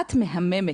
את מהממת.